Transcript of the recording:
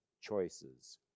choices